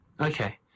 Okay